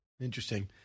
Interesting